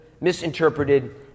misinterpreted